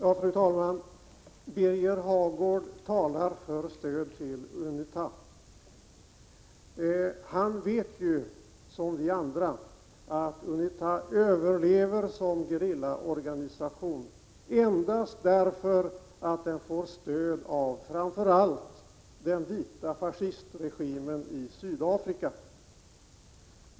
Fru talman! Birger Hagård talar för stöd till UNITA. Liksom vi andra vet han att UNITA överlever som gerillaorganisation endast därför att den får stöd av framför allt den vita fascistregimen i Sydafrika.